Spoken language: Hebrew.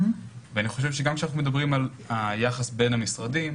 אני חושב שגם כאשר אנחנו מדברים על יחס בין המשרדים,